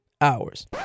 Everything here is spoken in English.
hours